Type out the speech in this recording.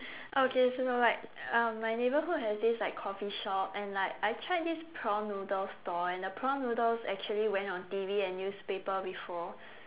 okay so you know like uh my neighbourhood has this like coffee shop and like I tried this prawn noodle stall and the prawn noodles actually went on T_V and newspaper before